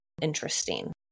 interesting